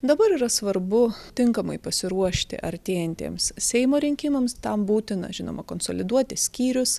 dabar yra svarbu tinkamai pasiruošti artėjantiems seimo rinkimams tam būtina žinoma konsoliduoti skyrius